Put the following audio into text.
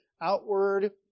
outward